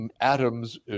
atoms